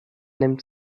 nimmt